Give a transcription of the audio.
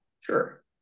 Sure